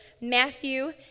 Matthew